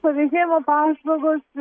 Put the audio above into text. pavėžėjimo paslaugos